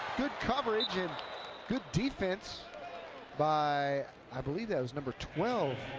good coverage, and good defense by i believe that was number twelve.